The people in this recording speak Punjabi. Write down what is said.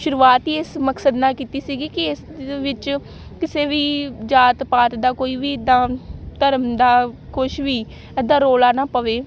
ਸ਼ੁਰੂਆਤ ਹੀ ਇਸ ਮਕਸਦ ਨਾਲ ਕੀਤੀ ਸੀਗੀ ਕਿ ਇਸ ਵਿੱਚ ਕਿਸੇ ਵੀ ਜਾਤ ਪਾਤ ਦਾ ਕੋਈ ਵੀ ਇੱਦਾਂ ਧਰਮ ਦਾ ਕੁਛ ਵੀ ਇੱਦਾਂ ਰੋਲਾ ਨਾ ਪਵੇ